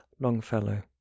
Longfellow